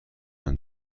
میدن